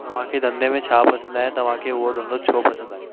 तव्हांखे धंधे में छा पसंदि आहे तव्हांखे उहो धंधो छो पसंदि आहे